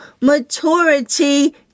maturity